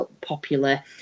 popular